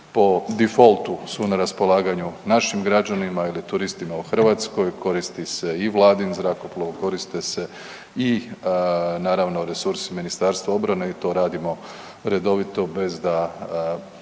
po difoltu su na raspolaganju našim građanima ili turistima u Hrvatskoj, koristi se i vladin zrakoplov, koriste se i naravno resursi MORH-a i to radimo redovito bez da